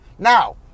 Now